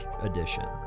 edition